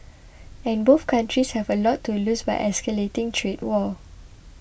and both countries have a lot to lose by escalating trade war